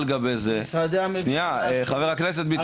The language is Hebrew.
על גבי זה --- משרדי הממשלה --- חבר הכנסת ביטון,